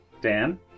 Dan